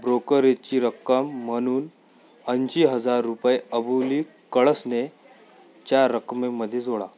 ब्रोकरेजची रक्कम म्हणून ऐंशी हजार रुपये अबोली कळसनेच्या रकमेमध्ये जोडा